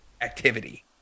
activity